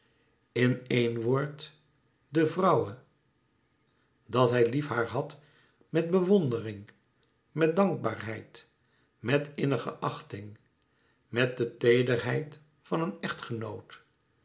in éen woord de vrouwe dat hij lief haar had met bewondering met dankbaarheid met innige achting met de teederheid van een echtgenoot